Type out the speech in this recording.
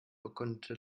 bekundete